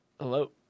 Hello